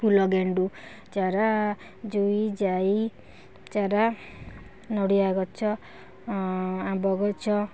ଫୁଲ ଗେଣ୍ଡୁ ଚାରା ଜୁଇ ଜାଇ ଚାରା ନଡ଼ିଆ ଗଛ ଆମ୍ବ ଗଛ